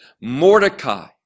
Mordecai